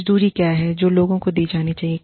मजदूरी क्या है जो लोगों को दी जानी चाहिए